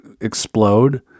explode